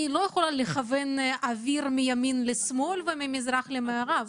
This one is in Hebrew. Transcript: אני לא יכולה לכוון את האוויר מימין לשמאל וממזרח למערב.